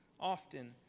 often